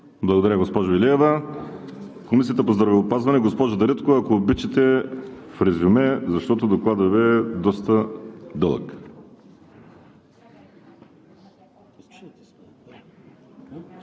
Благодаря, госпожо Илиева. Комисията по здравеопазването – госпожо Дариткова, ако обичате в резюме, защото Докладът Ви е доста дълъг.